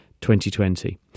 2020